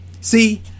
See